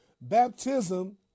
Baptism